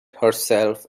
herself